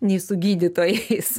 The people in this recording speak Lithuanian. nei su gydytojais